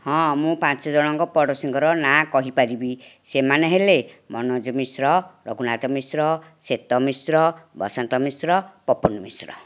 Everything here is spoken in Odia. ହଁ ମୁଁ ପାଞ୍ଚ ଜଣଙ୍କ ପଡ଼ୋଶୀଙ୍କର ନାଁ କହିପାରିବି ସେମାନେ ହେଲେ ମନୋଜ ମିଶ୍ର ଲୋକନାଥ ମିଶ୍ର ଶ୍ଵେତ ମିଶ୍ର ବସନ୍ତ ମିଶ୍ର ପପୁନ୍ ମିଶ୍ର